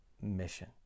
mission